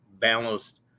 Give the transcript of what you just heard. balanced